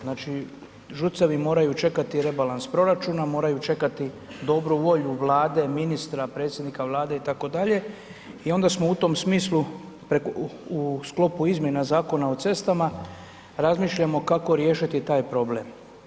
Znači ŽUC-evi moraju čekati rebalans proračuna, moraju čekati dobru volju Vlade, ministra, predsjednika Vlade itd. i onda smo u tom smislu u sklopu izmjena Zakona o cestama razmišljamo kako riješiti taj problem.